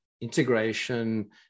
integration